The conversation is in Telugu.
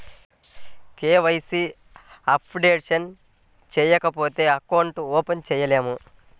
కే.వై.సి అప్డేషన్ చేయకపోతే అకౌంట్ ఓపెన్ చేయలేమా?